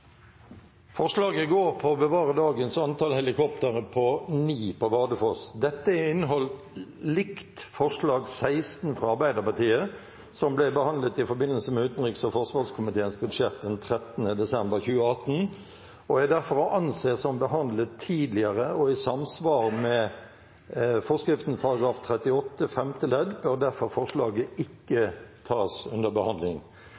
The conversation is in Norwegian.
Forslaget går på å bevare dagens antall helikoptre på ni på Bardufoss. Dette er i innhold likt forslag nr. 16 fra Arbeiderpartiet, som ble behandlet i forbindelse med utenriks- og forsvarskomiteens budsjett den 13. desember 2018, og er derfor å anse som behandlet tidligere og i samsvar med forretningsordenens § 38 femte ledd. Det er derfor forslaget ikke bør tas til behandling.